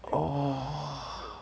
oh